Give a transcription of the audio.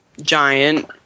giant